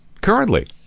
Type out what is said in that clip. currently